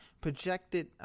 projected